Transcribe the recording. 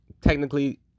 technically